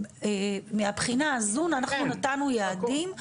מהבחינה הזו אנחנו נתנו יעדים,